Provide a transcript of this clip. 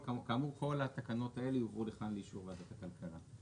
כאמור כל התקנות האלה יובאו לכאן לאישור ועדת הכלכלה.